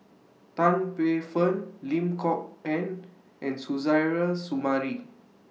Tan Paey Fern Lim Kok Ann and Suzairhe Sumari